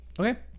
Okay